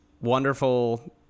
wonderful